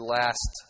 last